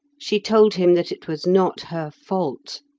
she told him that it was not her fault.